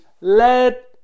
let